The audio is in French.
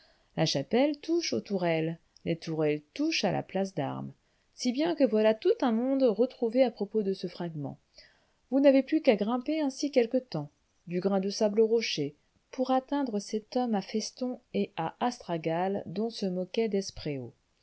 la chapelle touche aux tourelles les tourelles touchent à la place d'armes si bien que voilà tout un monde retrouvé à propos de ce fragment vous n'avez plus qu'à grimper ainsi quelque temps du grain de sable au rocher pour atteindre cet homme à festons et à astragales dont se moquait